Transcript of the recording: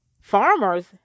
Farmers